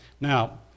Now